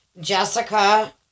Jessica